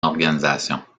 organisation